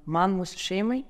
man mūsų šeimai